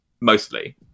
mostly